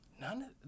None